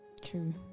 two